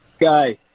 guy